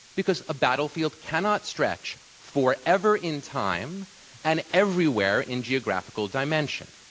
because a battlefield cannot stretch forever in time and everywhere in geographical dimension.